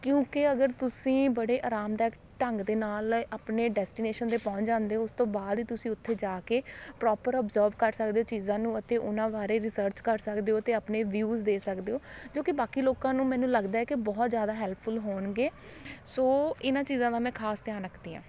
ਕਿਉਂਕਿ ਅਗਰ ਤੁਸੀਂ ਬੜੇ ਆਰਾਮਦਾਇਕ ਢੰਗ ਦੇ ਨਾਲ ਆਪਣੇ ਡੈਸਟੀਨੇਸ਼ਨ 'ਤੇ ਪਹੁੰਚ ਜਾਂਦੇ ਹੋ ਉਸ ਤੋਂ ਬਾਅਦ ਤੁਸੀਂ ਉੱਥੇ ਜਾ ਕੇ ਪ੍ਰੋਪਰ ਔਬਜਰਵ ਕਰ ਸਕਦੇ ਹੋ ਚੀਜ਼ਾਂ ਨੂੰ ਅਤੇ ਉਹਨਾਂ ਬਾਰੇ ਰਿਸਰਚ ਕਰ ਸਕਦੇ ਹੋ ਅਤੇ ਆਪਣੇ ਵਿਊਜ਼ ਦੇ ਸਕਦੇ ਹੋ ਜੋ ਕਿ ਬਾਕੀ ਲੋਕਾਂ ਨੂੰ ਮੈਨੂੰ ਲੱਗਦਾ ਹੈ ਕਿ ਬਹੁਤ ਜ਼ਿਆਦਾ ਹੈਲਪਫੁੱਲ ਹੋਣਗੇ ਸੋ ਇਹਨਾਂ ਚੀਜ਼ਾਂ ਦਾ ਮੈਂ ਖਾਸ ਧਿਆਨ ਰੱਖਦੀ ਹਾਂ